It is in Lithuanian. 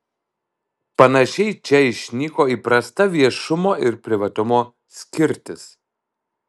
panašiai čia išnyko įprasta viešumo ir privatumo skirtis